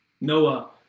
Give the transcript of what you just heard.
Noah